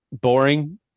boring